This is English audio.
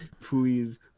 please